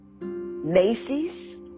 Macy's